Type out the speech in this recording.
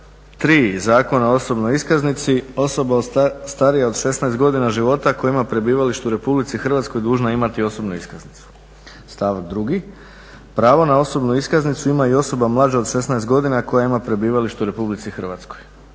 3. Zakona o osobnoj iskaznici osoba starija od 16 godina života koja ima prebivalište u Republici Hrvatskoj dužna je imati osobnu iskaznicu. Stav drugi pravo na osobnu iskaznicu ima i osoba mlađa od 16 godina koja ima prebivalište u Republici Hrvatskoj.